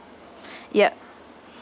yup